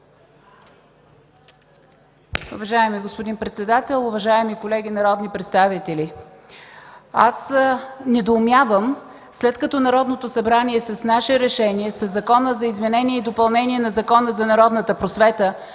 Уважаеми господин председател, уважаеми колеги народни представители! Аз недоумявам, след като Народното събрание с наше решение – със Закона за изменение и допълнение на Закона за народната просвета,